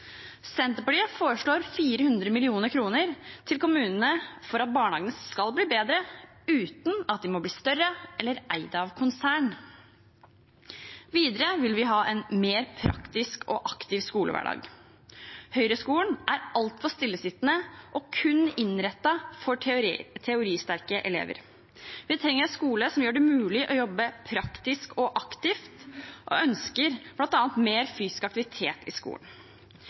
Senterpartiet foreslår 400 mill. kr til kommunene for at barnehagene skal bli bedre, uten at de må bli større eller eid av konsern. Videre vil vi ha en mer praktisk og aktiv skolehverdag. Høyre-skolen er altfor stillesittende og kun innrettet for teoristerke elever. Vi trenger en skole som gjør det mulig å jobbe praktisk og aktivt, og vi ønsker bl.a. mer fysisk aktivitet i skolen.